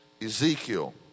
Ezekiel